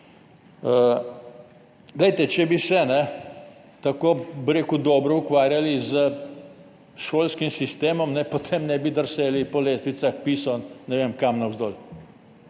usmerjate. Če bi se tako dobro ukvarjali s šolskim sistemom, potem ne bi drseli po lestvicah PISA ne vem kam navzdol.